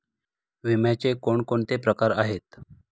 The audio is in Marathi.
विम्याचे कोणकोणते प्रकार आहेत?